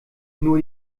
nur